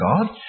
God